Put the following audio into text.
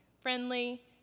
friendly